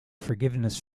forgiveness